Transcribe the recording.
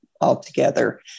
altogether